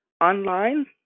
online